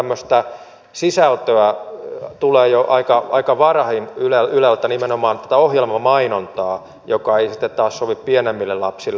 tämmöistä sisältöä tulee jo aika varhain yleltä nimenomaan tätä ohjelmamainontaa joka ei sitten taas sovi pienemmille lapsille